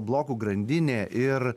blokų grandinė ir